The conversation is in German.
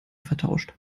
vertauscht